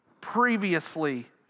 previously